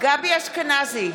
גבי אשכנזי,